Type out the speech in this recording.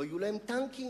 לא יהיו להם טנקים,